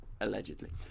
allegedly